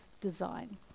design